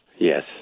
Yes